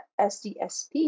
SDSP